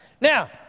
Now